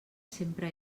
sempre